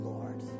Lord